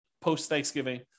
post-Thanksgiving